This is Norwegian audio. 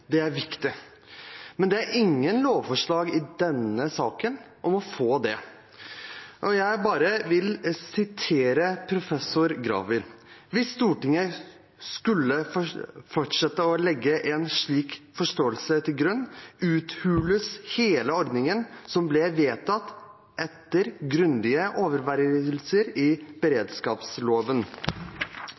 få det. Jeg vil sitere professor Graver: «Hvis Stortinget skulle fortsette å legge en slik forståelse til grunn, uthules hele ordningen som ble vedtatt etter grundige overveielser i beredskapsloven.»